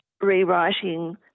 rewriting